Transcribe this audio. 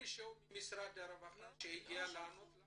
אין מישהו ממשרד הרווחה שהגיע לענות לנו?